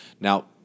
Now